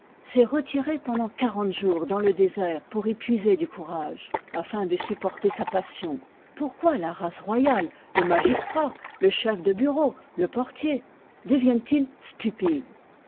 s'est retiré pendant quarante jours dans le désert pour y puiser du courage afin de supporter sa passion pourquoi la race royale le magistrat le chef de bureau le portier deviennent ils stupides